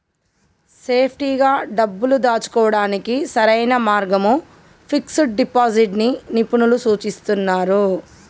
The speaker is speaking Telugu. సేఫ్టీగా డబ్బుల్ని దాచుకోడానికి సరైన మార్గంగా ఫిక్స్డ్ డిపాజిట్ ని నిపుణులు సూచిస్తున్నరు